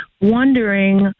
wondering